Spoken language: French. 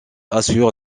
assure